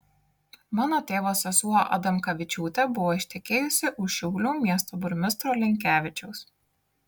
mano tėvo sesuo adamkavičiūtė buvo ištekėjusi už šiaulių miesto burmistro linkevičiaus